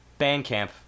Bandcamp